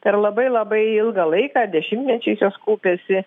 per labai labai ilgą laiką dešimtmečiais jos kaupiasi